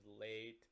late